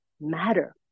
matter